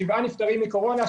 שבעה נפטרים מקורונה,